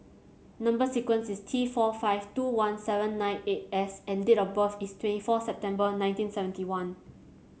number sequence is T four five two one seven nine eight S and date of birth is twenty four September nineteen seventy one